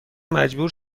مجبور